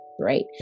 right